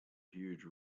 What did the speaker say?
huge